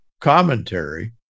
commentary